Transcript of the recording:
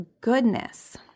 goodness